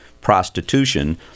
prostitution